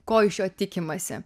ko iš jo tikimasi